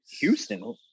Houston